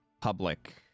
public